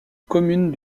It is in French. commune